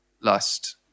lust